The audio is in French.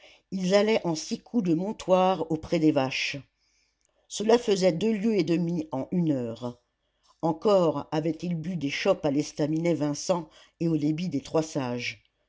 ils allaient en six coups de montoire au pré des vaches cela faisait deux lieues et demie en une heure encore avaient-ils bu des chopes à l'estaminet vincent et au débit des